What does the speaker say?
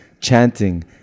chanting